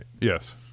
Yes